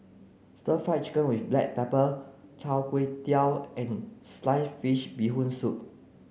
stir fried chicken with black pepper Chai Kuay Tow and sliced fish bee hoon soup